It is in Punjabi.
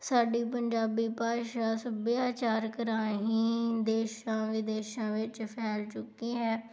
ਸਾਡੀ ਪੰਜਾਬੀ ਭਾਸ਼ਾ ਸੱਭਿਆਚਾਰਕ ਰਾਹੀਂ ਦੇਸ਼ਾਂ ਵਿਦੇਸ਼ਾਂ ਵਿੱਚ ਫੈਲ ਚੁੱਕੀ ਹੈ